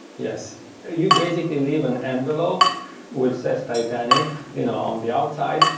yes. you basically leave an envelope which says titanic you know on the outside.